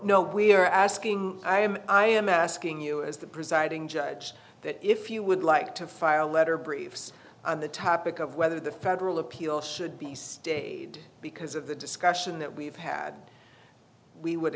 no we're asking i am i am asking you as the presiding judge that if you would like to file a letter briefs on the topic of whether the federal appeals should be stayed because of the discussion that we've had we would